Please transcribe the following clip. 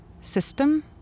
system